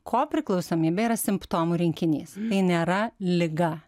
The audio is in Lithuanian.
kopriklausomybė yra simptomų rinkinys tai nėra liga